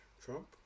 Trump